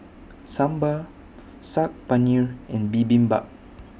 Sambar Saag Paneer and Bibimbap